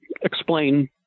explain